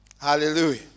Hallelujah